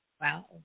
Wow